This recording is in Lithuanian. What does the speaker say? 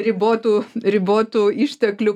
ribotų ribotų išteklių